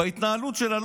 בהתנהלות שלה,